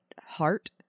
heart